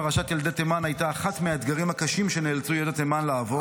ופרשת ילדי תימן הייתה אחד מהדברים הקשים שנאלצו יהודי תימן לעבור.